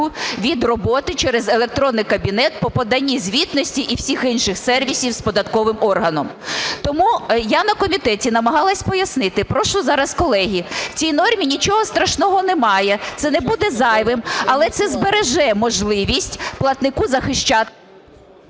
від роботи через електронний кабінет по поданні звітності і всіх інших сервісів з податковим органом. Тому я на комітеті намагалась пояснити. Прошу зараз, колеги, в цій нормі нічого страшного немає, це не буде зайвим, але це збереже можливість платнику…